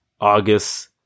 August